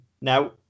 Now